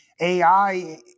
AI